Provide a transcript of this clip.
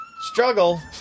struggle